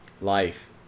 Life